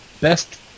best